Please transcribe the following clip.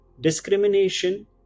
Discrimination